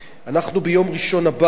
ביום ראשון הבא אנחנו,